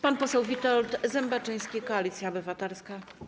Pan poseł Witold Zembaczyński, Koalicja Obywatelska.